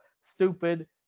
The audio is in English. stupid